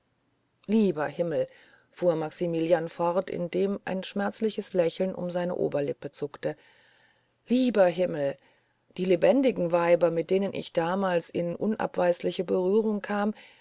lieber himmel fuhr maximilian fort indem ein schmerzliches lächeln um seine oberlippe zuckte lieber himmel die lebendigen weiber mit denen ich damals in unabweisliche berührungen kam